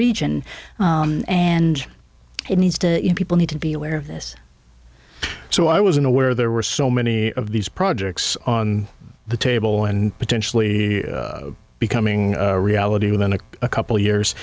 region and it needs to you people need to be aware of this so i wasn't aware there were so many of these projects on the table and potentially becoming a reality within a couple of years